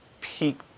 peak